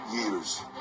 years